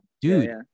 dude